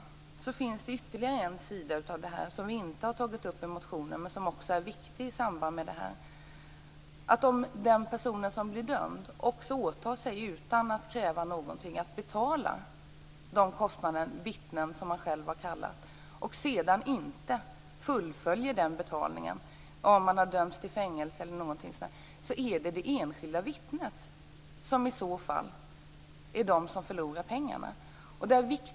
Dessutom finns det ytterligare en sida av detta som vi inte har tagit upp i motionen men som också är viktig. Om en person som blir dömd åtar sig, utan att kräva någonting, att betala kostnaderna för vittnen som man själv har kallat och sedan inte fullföljer den betalningen - man kan ha dömts till fängelse eller något liknande - är det det enskilda vittnet som förlorar pengar.